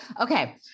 okay